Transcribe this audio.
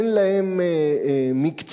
אין להם מקצועיות,